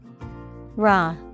Raw